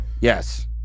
Yes